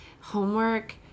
homework